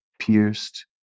pierced